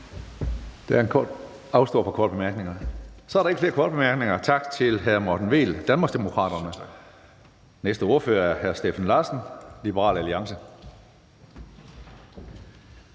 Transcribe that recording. Tredje næstformand (Karsten Hønge): Der er ikke nogen korte bemærkninger. Tak til hr. Morten Vehl, Danmarksdemokraterne. Den næste ordfører er hr. Steffen Larsen, Liberal Alliance.